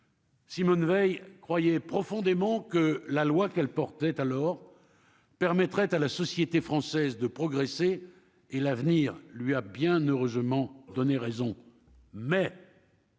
Simone Veil croyez profondément que la loi qu'elle portait alors permettrait à la société française de progresser et l'avenir lui a bien heureusement donné raison mais.